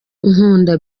nkunda